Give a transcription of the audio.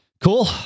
Cool